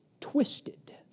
twisted